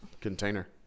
container